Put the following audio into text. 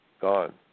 gone